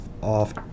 Off